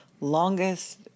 longest